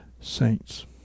saints